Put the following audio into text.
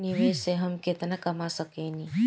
निवेश से हम केतना कमा सकेनी?